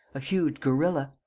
a huge gorilla.